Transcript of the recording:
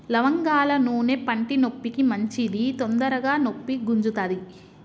లవంగాల నూనె పంటి నొప్పికి మంచిది తొందరగ నొప్పి గుంజుతది